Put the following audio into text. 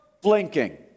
blinking